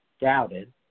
doubted